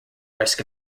risk